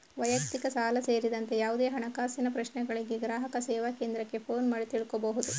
ವೈಯಕ್ತಿಕ ಸಾಲ ಸೇರಿದಂತೆ ಯಾವುದೇ ಹಣಕಾಸಿನ ಪ್ರಶ್ನೆಗಳಿಗೆ ಗ್ರಾಹಕ ಸೇವಾ ಕೇಂದ್ರಕ್ಕೆ ಫೋನು ಮಾಡಿ ತಿಳ್ಕೋಬಹುದು